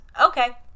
Okay